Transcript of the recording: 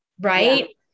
Right